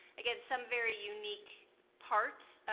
again, some very unique parts,